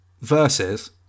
versus